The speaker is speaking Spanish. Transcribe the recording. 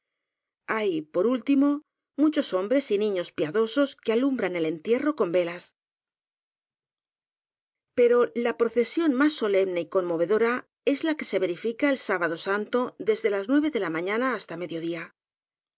hay por últi mo muchos hombres y niños piados'os que alum bran el entierro con velas pero la procesión más solemne y conmovedora es la que se verifica el sábado santo desde las nue ve de la mañana hasta medio